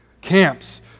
camps